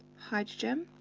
hydrogen,